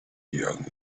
young